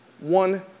one